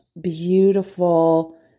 beautiful